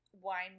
wine